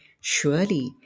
surely